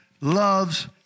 loves